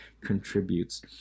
contributes